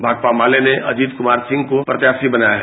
भाकपा माले ने अजीत कुमार सिंह को प्रत्याशी बनाया है